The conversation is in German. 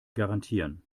garantieren